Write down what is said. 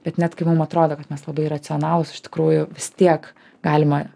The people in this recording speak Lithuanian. bet net kai mum atrodo kad mes labai racionalūs iš tikrųjų vis tiek galima